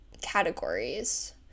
categories